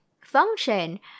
function